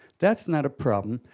that's not a problem,